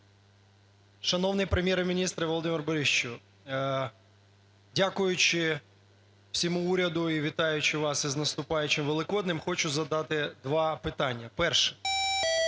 шановний Прем'єр-міністре Володимире Борисовичу, дякуючи всьому уряду і вітаючи вас із наступаючим Великоднем, хочу задати два питання. Перше.